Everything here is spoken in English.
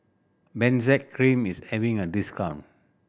Benzac Cream is having a discount